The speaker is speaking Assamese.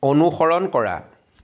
অনুসৰণ কৰা